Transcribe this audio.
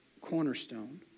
cornerstone